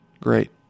Great